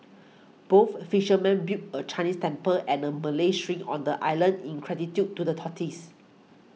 both fishermen built a Chinese temple and a Malay shrine on the island in gratitude to the tortoise